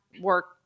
work